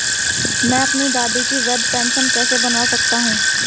मैं अपनी दादी की वृद्ध पेंशन कैसे बनवा सकता हूँ?